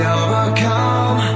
overcome